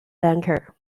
lanka